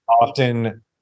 often